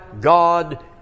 God